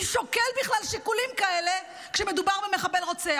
מי שוקל בכלל שיקולים כאלה כשמדובר במחבל רוצח?